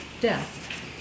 death